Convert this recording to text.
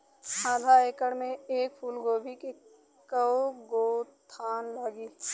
आधा एकड़ में फूलगोभी के कव गो थान लागी?